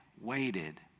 waited